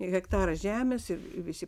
ir hektarą žemės ir ir visi